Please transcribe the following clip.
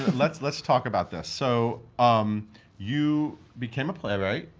and let's let's talk about this. so um you became a playwright.